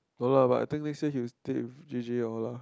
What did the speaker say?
no lah but I think next year he will stay with J_J all lah